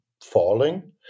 falling